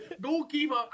Goalkeeper